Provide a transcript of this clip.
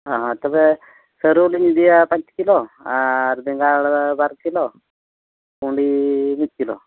ᱦᱮᱸ ᱦᱮᱸ ᱛᱚᱵᱮ ᱥᱟᱹᱨᱩᱞᱤᱧ ᱤᱫᱤᱭᱟ ᱯᱟᱸᱪ ᱠᱤᱞᱳ ᱟᱨ ᱵᱮᱸᱜᱟᱲ ᱵᱟᱨ ᱠᱤᱞᱳ ᱵᱷᱩᱸᱰᱤ ᱢᱤᱫ ᱠᱤᱞᱳ